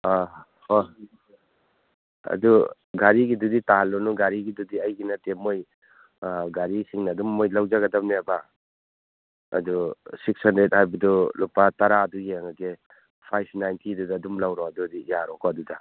ꯑꯥ ꯍꯣꯏ ꯑꯗꯨ ꯒꯥꯔꯤꯒꯨꯗꯨꯗꯤ ꯇꯥꯍꯜꯂꯨꯅꯨ ꯒꯥꯔꯤꯒꯤꯗꯨꯗꯤ ꯑꯩꯒꯤ ꯅꯠꯇꯦ ꯃꯣꯏ ꯒꯥꯔꯤꯁꯤꯡꯅ ꯑꯗꯨꯝ ꯃꯣꯏ ꯂꯧꯖꯒꯗꯕꯅꯦꯕ ꯑꯗꯨ ꯁꯤꯛꯁ ꯍꯟꯗ꯭ꯔꯦꯗ ꯍꯥꯏꯕꯗꯣ ꯂꯨꯄꯥ ꯇꯔꯥꯗꯨ ꯌꯦꯡꯂꯒꯦ ꯐꯥꯏꯕ ꯅꯥꯏꯟꯇꯤꯗꯨꯗ ꯑꯗꯨꯝ ꯂꯧꯔꯣ ꯑꯗꯨꯑꯣꯔꯏꯗꯤ ꯌꯥꯔꯣꯀꯣ ꯑꯗꯨꯗ